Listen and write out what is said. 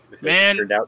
Man